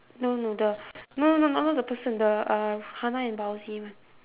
no no the no no no no not the person the uh hana and baozi one